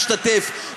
להשתתף,